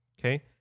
Okay